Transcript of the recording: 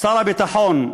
שר הביטחון,